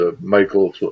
Michael